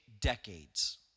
decades